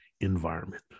environment